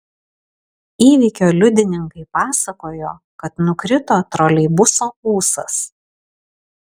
įvykio liudininkai pasakojo kad nukrito troleibuso ūsas